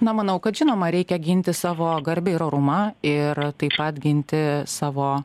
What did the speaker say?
na manau kad žinoma reikia ginti savo garbę ir orumą ir taip pat ginti savo